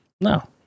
No